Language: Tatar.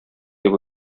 дип